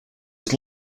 was